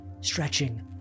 stretching